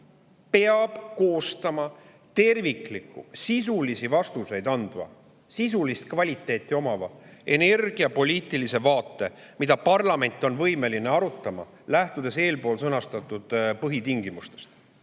peab koostama tervikliku sisulisi vastuseid andva, sisulist kvaliteeti omava energiapoliitilise vaate, mida parlament on võimeline arutama, lähtudes eespool sõnastatud põhitingimustest.